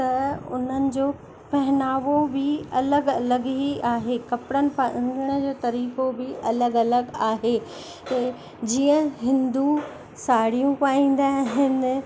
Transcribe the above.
त उन्हनि जो पहनावो बि अलॻि अलॻि ई आहे कपिड़नि पाहिण जो तरीक़ो बि अलॻि अलॻि आहे त जीअं हिंदू साड़ियू पाईंदा आहिनि